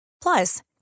Plus